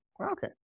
Okay